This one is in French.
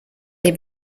les